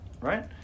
right